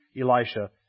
Elisha